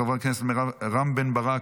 חבר הכנסת רם בן ברק,